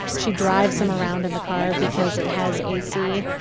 she drives them around in the car because it has ac.